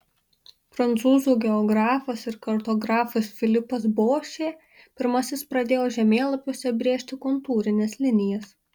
prancūzų geografas ir kartografas filipas bošė pirmasis pradėjo žemėlapiuose brėžti kontūrines linijas